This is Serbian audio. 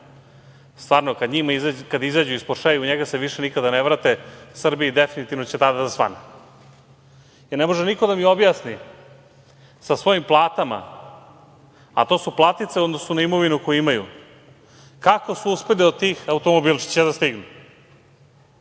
Stvarno kada izađu iz Poršea i nikad se više ne vrate, Srbiji definitivno će tada da svane. Ne može niko da mi objasni, sa svojim platama, a to su platice u odnosu na imovinu koju imaju, kako su uspeli da do tih automobilčića da stignu.